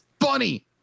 funny